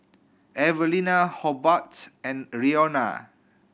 Evelena Hobart and Roena